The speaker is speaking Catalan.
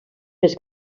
més